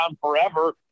forever